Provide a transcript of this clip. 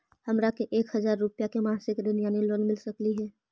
हमरा के एक हजार रुपया के मासिक ऋण यानी लोन मिल सकली हे?